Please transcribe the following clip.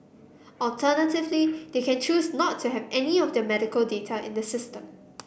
alternatively they can choose not to have any of their medical data in the system